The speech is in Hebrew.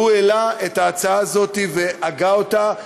והוא העלה את ההצעה הזאת והגה אותה,